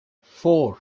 four